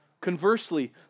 Conversely